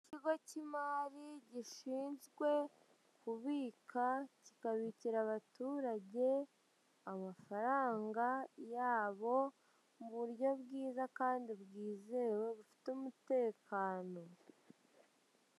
Ikigo cy'imari gishinzwe kubika kikabikira abaturage amafaranga yabo mu buryo bwiza kandi bwizewe bufite umutekano.